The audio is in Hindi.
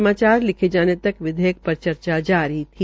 समाचार लिखे जाने तक विधेयक र चर्चा जारी थी